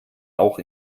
auch